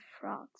frogs